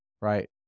right